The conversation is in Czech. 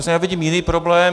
Já vidím jiný problém.